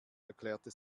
erklärte